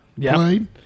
played